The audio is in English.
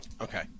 Okay